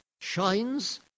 shines